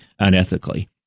unethically